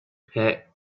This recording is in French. hey